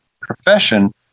profession